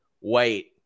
wait